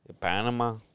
Panama